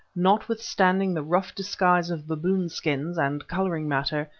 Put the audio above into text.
notwithstanding the rough disguise of baboon skins and colouring matter,